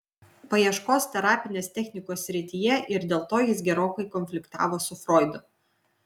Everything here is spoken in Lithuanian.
paieškos terapinės technikos srityje ir dėl to jis gerokai konfliktavo su froidu